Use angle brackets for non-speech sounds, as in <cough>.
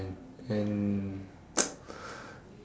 and <noise>